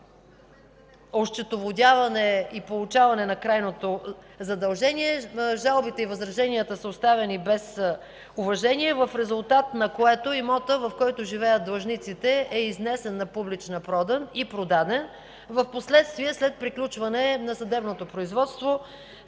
осчетоводяване и получаване на крайното задължение, жалбите и възраженията са оставени без уважение, в резултат на което имотът, в който живеят длъжниците, е изнесен на публична продан и продаден. Впоследствие, след приключване на съдебното производство